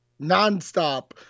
Nonstop